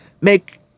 make